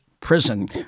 Prison